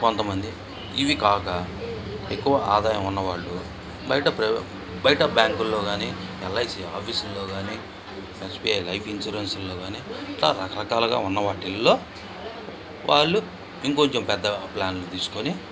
కొంతమంది ఇవి కాక ఎక్కువ ఆదాయం ఉన్న వాళ్ళు బయట బయట బ్యాంకులో కానీ ఎల్ఐసీ ఆఫీసులలో కానీ ఎస్బీఐ లైఫ్ ఇన్సూరెన్స్లో కానీ ఇట్లా రకరకాల ఉన్న వాటిల్లో వాళ్ళు ఇంకొంచెం పెద్ద ప్లాన్లు తీసుకొని